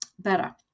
Better